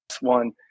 one